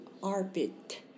Arbit